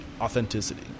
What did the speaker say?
Authenticity